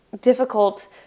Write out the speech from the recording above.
difficult